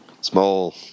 small